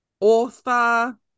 author